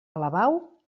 alabau